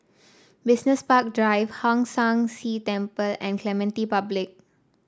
Business Park Drive Hong San See Temple and Clementi Public